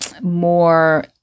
more